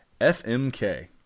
FMK